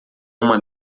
uma